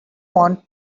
want